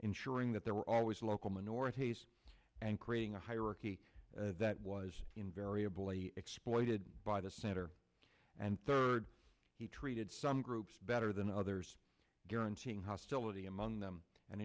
ensuring that there were always local minorities and creating a hierarchy that was invariably exploited by the center and third he treated some groups better than others guaranteeing hostility among them and